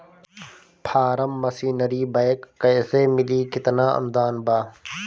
Form machinery bank कैसे मिली कितना अनुदान बा?